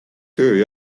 töö